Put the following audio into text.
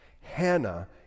hannah